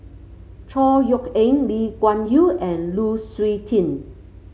Chor Yeok Eng Lee Kuan Yew and Lu Suitin